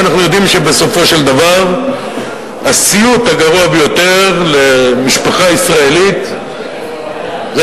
ואנחנו יודעים שהסיוט הגרוע ביותר למשפחה ישראלית זה